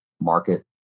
market